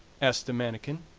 asked the manikin.